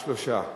שלושה בעד,